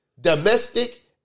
Domestic